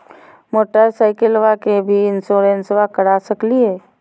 मोटरसाइकिलबा के भी इंसोरेंसबा करा सकलीय है?